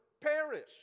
perish